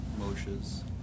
Moshe's